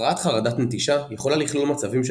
הפרעת חרדת נטישה יכולה לכלול מצבים של